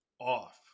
off